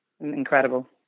Incredible